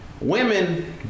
women